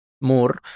more